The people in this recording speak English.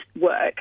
work